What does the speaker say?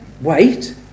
wait